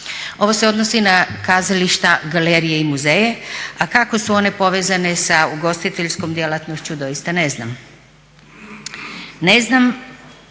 Ovo se odnosi na kazališta, galerije i muzeje a kako su one povezane sa ugostiteljskom djelatnošću doista ne znam.